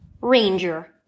ranger